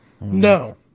No